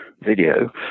video